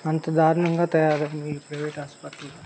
అంత దారుణంగా తయారయ్యాయి ప్రైవేట్ హాస్పిటల్